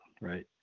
right